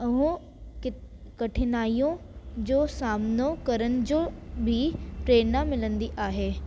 ऐं कि कठिनाईयो जो सामिनो करण जो बि प्रेरणा मिलंदी आहे